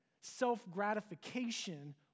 self-gratification